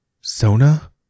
Sona